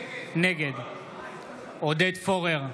נגד עודד פורר,